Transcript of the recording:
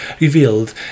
revealed